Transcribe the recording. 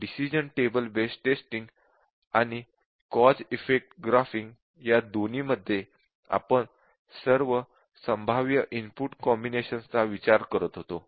decision table based testing आणि cause effect graphing या दोन्हीमध्ये आपण सर्व संभाव्य इनपुट कॉम्बिनेशन्स चा विचार करत होतो